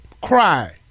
cry